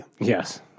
Yes